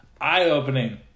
eye-opening